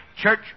Church